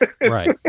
Right